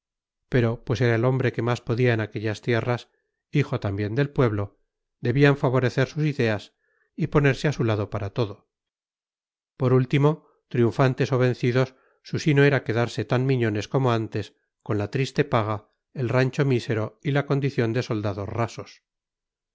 pero pues era el hombre que más podía en aquellas tierras hijo también del pueblo debían favorecer sus ideas y ponerse a su lado para todo por último triunfantes o vencidos su sino era quedarse tan miñones como antes con la triste paga el rancho mísero y la condición de soldados rasos